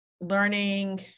learning